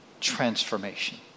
Transformation